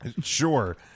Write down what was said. Sure